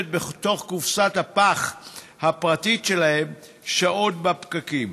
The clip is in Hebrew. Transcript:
בתוך קופסת הפח הפרטית שלהם שעות בפקקים.